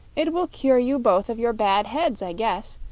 it will cure you both of your bad heads, i guess.